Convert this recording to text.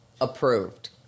approved